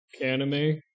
anime